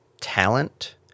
talent